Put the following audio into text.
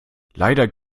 leider